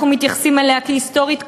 אנחנו מתייחסים אליה כאל היסטורית כואבת.